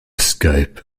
skype